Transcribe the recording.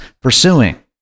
pursuing